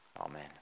Amen